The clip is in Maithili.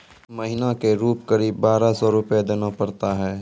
महीना के रूप क़रीब बारह सौ रु देना पड़ता है?